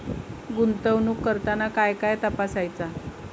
गुंतवणूक करताना काय काय तपासायच?